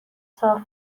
صاف